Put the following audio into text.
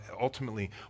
ultimately